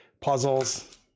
puzzles